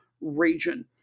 region